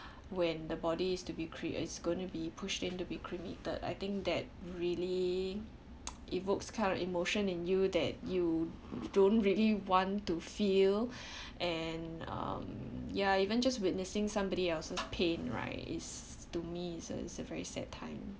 when the body is to be cre~ is gonna be pushed in to be cremated I think that really evokes kind of emotion in you that you don't really want to feel and um ya even just witnessing somebody else's pain right it's to me it's a very sad time